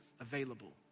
available